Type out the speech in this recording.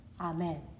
Amen